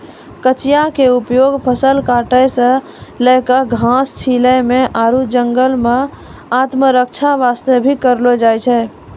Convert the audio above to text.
कचिया के उपयोग फसल काटै सॅ लैक घास छीलै म आरो जंगल मॅ आत्मरक्षा वास्तॅ भी करलो जाय छै